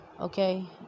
Okay